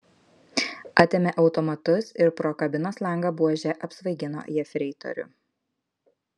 atėmė automatus ir pro kabinos langą buože apsvaigino jefreitorių